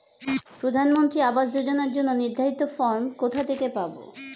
প্রধানমন্ত্রী আবাস যোজনার জন্য নির্ধারিত ফরম কোথা থেকে পাব?